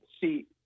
see